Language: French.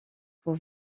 pour